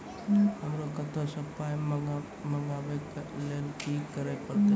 हमरा कतौ सअ पाय मंगावै कऽ लेल की करे पड़त?